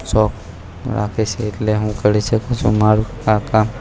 શોખ રાખે છે એટલે હું કરી શકું છું મારું આ કામ